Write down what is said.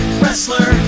wrestler